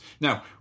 Now